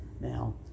Now